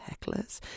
hecklers